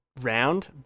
round